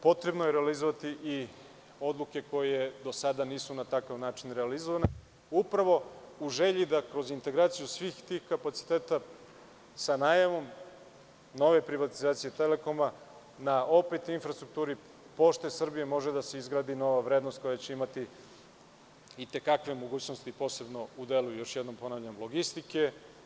Potrebno je realizovati i odluke koje do sada nisu na takav način realizovane, upravo u želji da kroz integraciju svih tih kapaciteta, sa najavom nove privatizacije Telekoma na infrastrukturi „Pošte Srbije“ može da se izgradi nova vrednost koja će imati i te kakve mogućnosti, posebno u delu logistike.